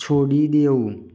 છોડી દેવું